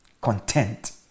content